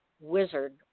wizard